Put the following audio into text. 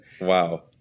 Wow